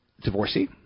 divorcee